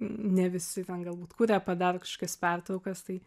ne visi ten galbūt kuria padaro kažkokias pertraukas tai